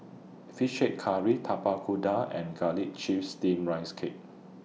Fish Head Curry Tapak Kuda and Garlic Chives Steamed Rice Cake